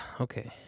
Okay